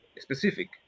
specific